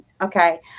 Okay